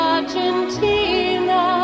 Argentina